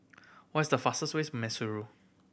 what's the fastest ways Maseru